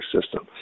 system